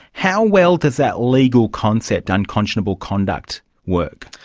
how well does that legal concept, unconscionable conduct, work?